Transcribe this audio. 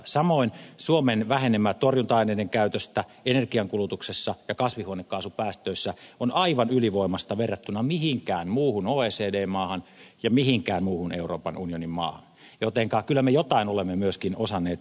samoin suomen vähenemä torjunta aineiden käytössä energiankulutuksessa ja kasvihuonekaasupäästöissä on aivan ylivoimainen verrattuna mihinkään muuhun oecd maahan ja mihinkään muuhun euroopan unionin maahan jotenka kyllä me jotain olemme myöskin osanneet oikein tehdä